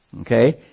Okay